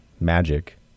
magic